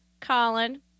Colin